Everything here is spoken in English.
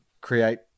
create